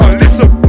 listen